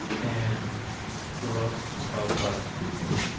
and fluorosis is caused by toothpaste,